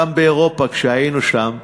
גם באירופה, כשהיינו שם,